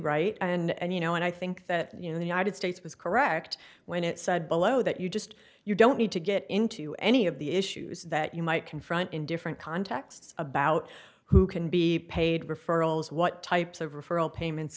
right and you know and i think that you know the united states was correct when it said below that you just you don't need to get into any of the issues that you might confront in different contexts about who can be paid referrals what types of referral payments